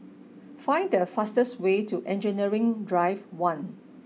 find the fastest way to Engineering Drive one